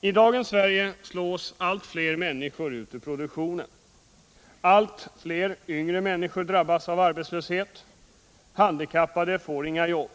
I dagens Sverige slås allt fler människor ut ur produktionen. Allt fler yngre människor drabbas av arbetslöshet. Handikappade får inga jobb.